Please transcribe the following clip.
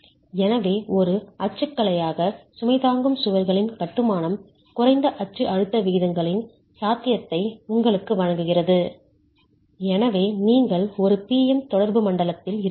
எனவே ஒரு அச்சுக்கலையாக சுமை தாங்கும் சுவர்களின் கட்டுமானம் குறைந்த அச்சு அழுத்த விகிதங்களின் சாத்தியத்தை உங்களுக்கு வழங்குகிறது எனவே நீங்கள் ஒரு P M தொடர்பு மண்டலத்தில் இருக்கிறீர்கள்